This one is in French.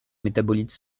métabolites